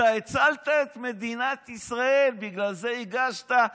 אתה הצלת את מדינת ישראל, בגלל זה הגשת.